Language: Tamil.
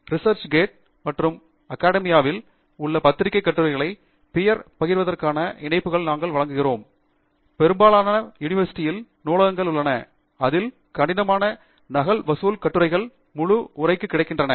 ரிசெர்ச் கேட் மற்றும் அகாடமியாவில் உள்ள பத்திரிகை கட்டுரைகளைப் பியர் பகிர்வதற்கான இணைப்புகளை நாங்கள் வழங்கியுள்ளோம் பெரும்பாலான யுனிவர்சிட்டியில் நூலகங்கள் உள்ளன அதில் கடினமான நகல் வசூல் கட்டுரைகள் முழு உரைக்கு கிடைக்கின்றன